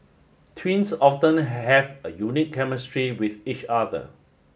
twins often have a unique chemistry with each other